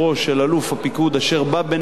אשר בא בנעליה של הממשלה,